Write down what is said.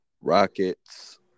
Rockets